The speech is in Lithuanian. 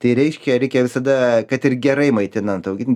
tai reiškia reikia visada kad ir gerai maitinant augint